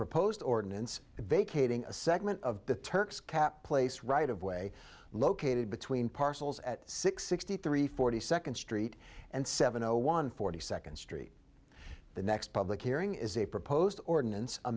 proposed ordinance vacating a segment of the turks kept place right of way located between parcels at sixty three forty second street and seven zero one forty second street the next public hearing is a proposed ordinance